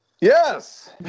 Yes